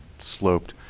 sloped,